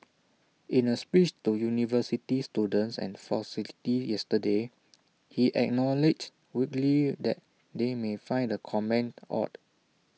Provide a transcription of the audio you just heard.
in A speech to university students and faculty yesterday he acknowledged wryly that they may find the comment odd